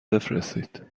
بفرستید